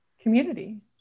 community